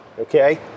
okay